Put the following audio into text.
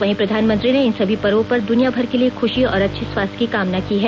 वहीं प्रधानमंत्री ने इन सभी पर्वो पर दुनियाभर के लिए खुशी और अच्छे स्वास्थ्य की कामना की है